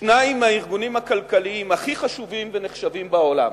שניים מהארגונים הכלכליים הכי חשובים ונחשבים בעולם